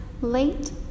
late